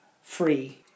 free